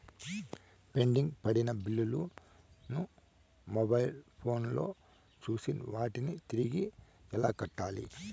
pending పడిన బిల్లులు ను మొబైల్ ఫోను లో చూసి వాటిని తిరిగి ఎలా కట్టాలి